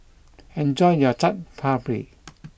enjoy your Chaat Papri